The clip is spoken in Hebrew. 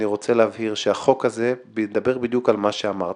אני רוצה להבהיר שהחוק הזה מדבר בדיוק על מה שאמרת.